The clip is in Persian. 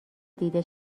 دیده